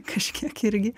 kažkiek irgi